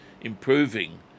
improving